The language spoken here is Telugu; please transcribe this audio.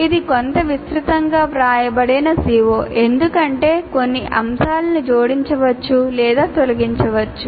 ఇది కొంత విస్తృతంగా వ్రాయబడిన CO ఎందుకంటే కొన్ని అంశాలను జోడించవచ్చు లేదా తొలగించవచ్చు